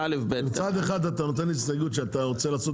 מצד אחד אתה נותן הסתייגות שאתה רוצה לעשות